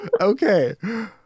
Okay